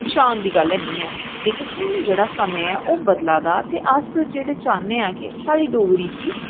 शान दी गल्ल नीं ऐ लेकिन हुन जेह्ड़ा समय ऐ ओह् बदला दा अस जेह्ड़ा चाह्नेआं साढ़ी डोगरी गी